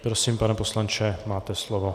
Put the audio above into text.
Prosím, pane poslanče, máte slovo.